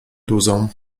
duzą